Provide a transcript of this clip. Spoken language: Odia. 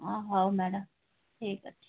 ହଉ ମ୍ୟାଡ଼ାମ୍ ଠିକ୍ ଅଛି